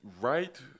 Right